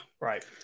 right